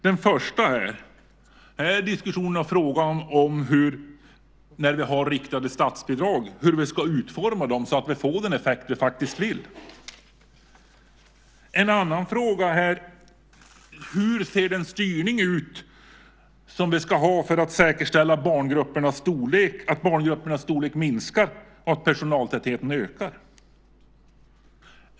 Den första är diskussionen och frågan om hur vi, när vi har riktade statsbidrag, ska utforma dem så att vi får den effekt som vi faktiskt vill ha. En annan fråga är: Hur ser den styrning ut som vi ska ha för att säkerställa barngruppernas storlek, att barngruppernas storlek minskar och att personaltätheten ökar?